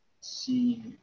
See